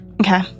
Okay